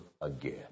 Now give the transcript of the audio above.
again